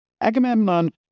Agamemnon